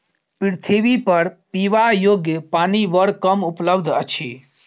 पृथ्वीपर पीबा योग्य पानि बड़ कम उपलब्ध अछि